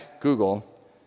Google